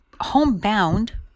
homebound